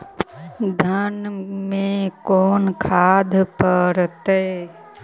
धान मे कोन खाद पड़तै?